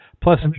Plus